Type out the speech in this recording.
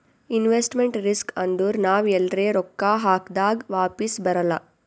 investment risk ಅಂದುರ್ ನಾವ್ ಎಲ್ರೆ ರೊಕ್ಕಾ ಹಾಕ್ದಾಗ್ ವಾಪಿಸ್ ಬರಲ್ಲ